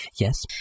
Yes